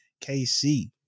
KC